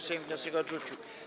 Sejm wniosek odrzucił.